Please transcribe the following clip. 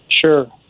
Sure